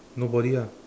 nobody ah